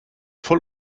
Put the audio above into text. voll